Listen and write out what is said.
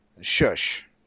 shush